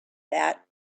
that